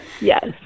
yes